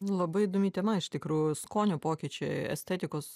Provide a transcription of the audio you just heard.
labai įdomi tema iš tikrųjų skonio pokyčiai estetikos